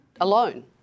alone